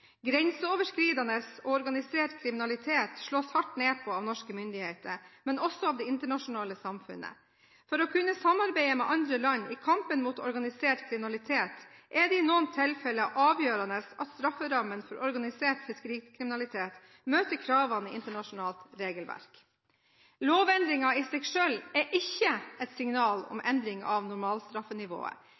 Grenseoverskridende og organisert kriminalitet slås hardt ned på av norske myndigheter, men også av det internasjonale samfunnet. For å kunne samarbeide med andre land i kampen mot organisert kriminalitet er det i noen tilfeller avgjørende at strafferammen for organisert fiskerikriminalitet møter kravene i internasjonalt regelverk. Lovendringen i seg selv er ikke et signal om endring av